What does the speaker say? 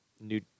new